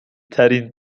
ترین